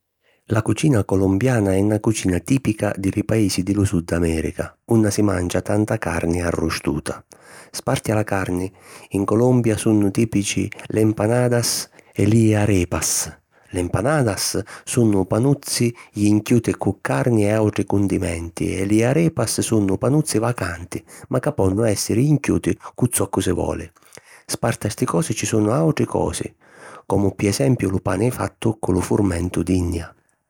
La cucina colombiana è na cucina tìpica di li paisi di lu Sud Amèrica, unni si mancia tanta carni arrustuta. Sparti a la carni, in Colombia sunnu tìpici l'Empanadas e li Arepas. L'Empanadas sunnu panuzzi jinchiuti cu carni e àutri cundimenti e li Arepas sunnu panuzzi vacanti, ma ca ponnu èssiri jinchiuti cu zoccu si voli. Sparti a sti cosi ci sunnu àutri cosi comu pi esempiu lu pani fattu cu lu furmentu d’innia.